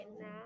now